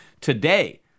today